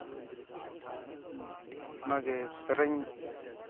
ᱚᱱᱟᱜᱮ ᱥᱮᱨᱮᱧ